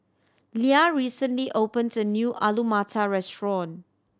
Lia recently opened a new Alu Matar Restaurant